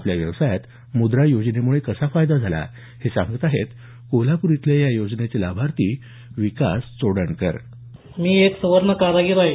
आपल्या व्यवसायात मुद्रा योजनेमुळे कसा फायदा झाला हे सांगत आहेत कोल्हापूर इथले या योजनेचे लाभार्थी विकास चोडणकर मी एक सूवर्ण कारागीर आहे